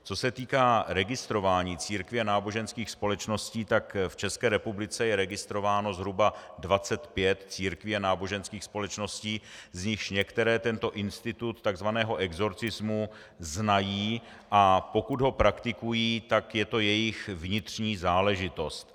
Co se týká registrování církví a náboženských společností, v České republice je registrováno zhruba 25 církví a náboženských společností, z nichž některé tento institut tzv. exorcismu znají, a pokud ho praktikují, tak je to jejich vnitřní záležitost.